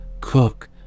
cook